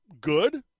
good